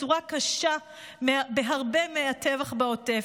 בצורה קשה בהרבה מהטבח בעוטף.